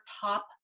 top